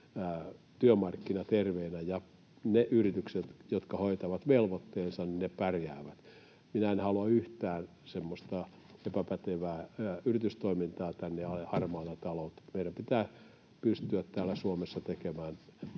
työmarkkina terveenä ja ne yritykset, jotka hoitavat velvoitteensa, pärjäävät. Minä en halua yhtään semmoista epäpätevää yritystoimintaa tänne ja harmaata taloutta. Meidän pitää pystyä täällä Suomessa tekemään